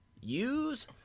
use